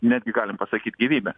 netgi galim pasakyt gyvybe